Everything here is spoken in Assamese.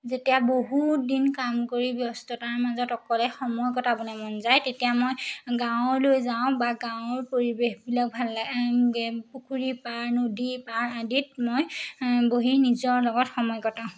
যেতিয়া বহুত দিন কাম কৰি ব্যস্ততাৰ মাজত অকলে সময় কটাবলে মন যায় তেতিয়া মই গাঁৱলৈ যাওঁ বা গাঁৱৰ পৰিৱেশবিলাক ভাল লাগে পুখুৰী পাৰ নদী পাৰ আদিত মই বহি নিজৰ লগত সময় কটাওঁ